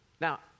Now